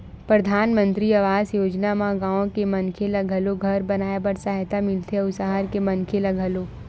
परधानमंतरी आवास योजना म गाँव के मनखे ल घलो घर बनाए बर सहायता मिलथे अउ सहर के मनखे ल घलो